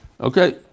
Okay